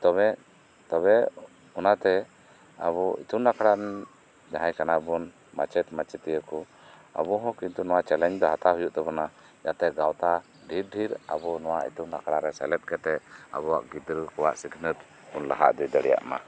ᱛᱚᱵᱮ ᱛᱚᱵᱮ ᱚᱱᱟᱛᱮ ᱟᱵᱩ ᱤᱛᱩᱱ ᱟᱠᱷᱲᱟᱨᱮᱱ ᱡᱟᱦᱟᱸᱭ ᱠᱟᱱᱟᱵᱩᱱ ᱢᱟᱪᱮᱛ ᱢᱟᱪᱮᱛᱤᱭᱟᱹᱠᱩ ᱟᱵᱩᱦᱚᱸ ᱠᱤᱱᱛᱩ ᱱᱚᱣᱟ ᱪᱮᱞᱮᱧᱡ ᱫᱚ ᱦᱟᱛᱟᱣ ᱦᱩᱭᱩᱜ ᱛᱟᱵᱩᱱᱟ ᱡᱟᱛᱮ ᱜᱟᱶᱛᱟ ᱰᱷᱤᱨ ᱰᱷᱤᱨ ᱟᱵᱩ ᱱᱚᱣᱟ ᱤᱛᱩᱱ ᱟᱠᱷᱲᱟ ᱨᱮ ᱥᱮᱞᱮᱫ ᱠᱟᱛᱮᱜ ᱟᱵᱩᱣᱟᱜ ᱜᱤᱫᱽᱨᱟᱹᱠᱚᱣᱟᱜ ᱥᱤᱠᱷᱱᱟᱹᱛ ᱵᱩᱱ ᱞᱟᱦᱟ ᱤᱫᱤ ᱫᱟᱲᱤᱭᱟᱜ ᱢᱟ